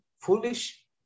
foolish